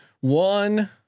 One